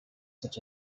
such